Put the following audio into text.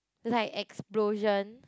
like explosion